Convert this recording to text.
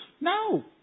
No